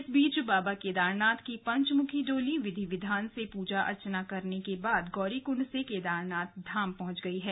इस बीच बाबा केदारनाथ की पंचमुखी डोली विधि विधान से पूजा अर्चना करने के बाद गौरीकुंड से केदारधाम पहंच गई है